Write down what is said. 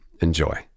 Enjoy